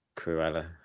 Cruella